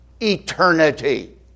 eternity